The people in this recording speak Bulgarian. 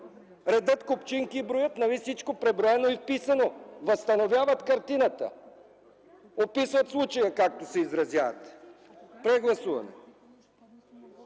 Редят купчинки и броят, нали всичко преброено е изписано? Възстановяват картината. Описват случая, както се изразяват. Прегласуване!